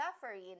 suffering